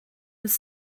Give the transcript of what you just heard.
was